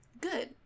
good